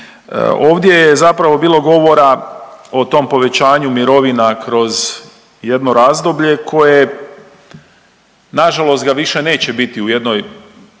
Ovdje je zapravo bilo govora o tom povećanju mirovina kroz jedno razdoblje koje nažalost ga više neće biti u jednoj, jednoj